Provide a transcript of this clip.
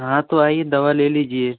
हाँ तो आइए दवा ले लीजिए